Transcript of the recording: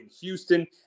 Houston